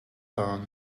tan